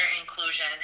inclusion